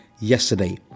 yesterday